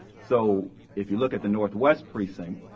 so if you look at the northwest precinct,